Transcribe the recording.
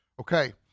Okay